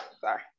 Sorry